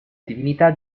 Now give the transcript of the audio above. divinità